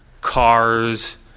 cars